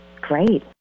Great